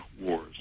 wars